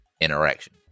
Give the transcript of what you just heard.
interaction